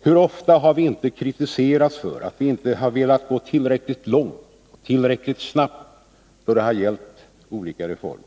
Hur ofta har vi inte kritiserats för att vi inte velat gå tillräckligt långt och tillräckligt snabbt då det gällt olika reformer.